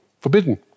Forbidden